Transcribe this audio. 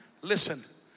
listen